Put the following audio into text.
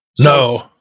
No